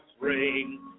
ring